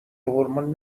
هورمون